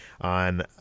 on